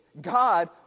God